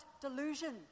delusion